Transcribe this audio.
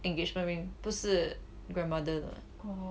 engagement ring 不是 grandmother 的